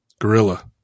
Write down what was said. Gorilla